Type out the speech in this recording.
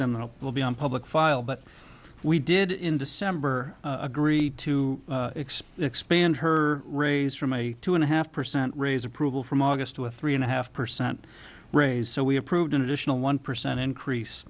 it will be on public file but we did in december agreed to expand expand her raise from a two and a half percent raise approval from august to a three and a half percent raise so we approved an additional one percent increase